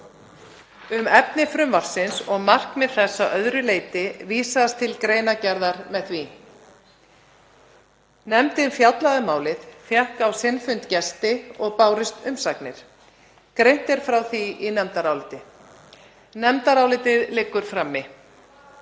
Um efni frumvarpsins og markmið þess að öðru leyti vísast til greinargerðar með því. Nefndin fjallaði um málið og fékk á sinn fund gesti og bárust umsagnir. Greint er frá því í nefndaráliti sem liggur frammi.